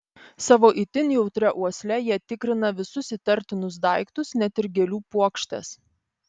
savo itin jautria uosle jie tikrina visus įtartinus daiktus net ir gėlių puokštes